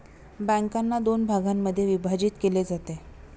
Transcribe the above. बँकांना दोन भागांमध्ये विभाजित केले जाते